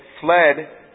fled